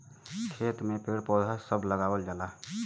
खेत में पेड़ पौधा सभ लगावल जाला